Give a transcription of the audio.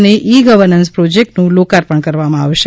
અને e governance પ્રોજેકેટનું લોકાર્પણ કરવામાં આવશે